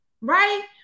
Right